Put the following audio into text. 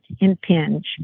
impinge